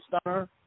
stunner